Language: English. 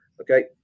okay